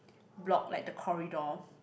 block like the corridor